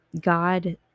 God